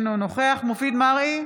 אינו נוכח מופיד מרעי,